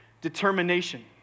determination